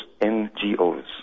NGOs